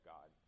God